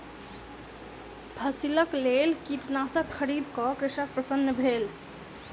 फसिलक लेल कीटनाशक खरीद क कृषक प्रसन्न भेल